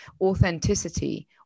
authenticity